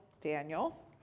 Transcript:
Daniel